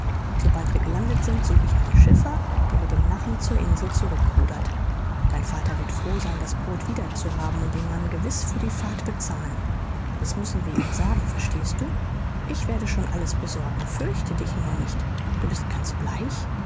sobald wir gelandet sind suche ich einen schiffer der mit dem nachen zur insel zurückrudert dein vater wird froh sein das boot wieder zu haben und den mann gewiß für die fahrt bezahlen das müssen wir ihm sagen verstehst du ich werde schon alles besorgen fürchte dich nur nicht du bist ganz bleich